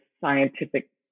scientific